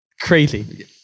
Crazy